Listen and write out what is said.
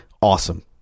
Awesome